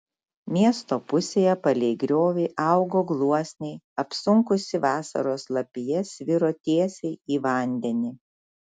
miesto pusėje palei griovį augo gluosniai apsunkusi vasaros lapija sviro tiesiai į vandenį